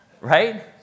right